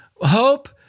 hope